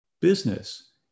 business